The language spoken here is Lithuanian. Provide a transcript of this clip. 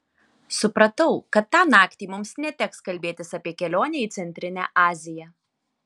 supratau kad tą naktį mums neteks kalbėtis apie kelionę į centrinę aziją